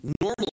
Normally